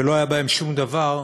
ולא היה בהם שום דבר,